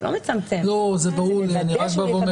זה באמצעות אתר מקוון, בקשה מקוונת.